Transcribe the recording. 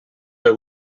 her